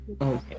okay